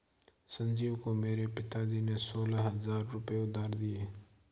संजीव को मेरे पिताजी ने सोलह हजार रुपए उधार दिए हैं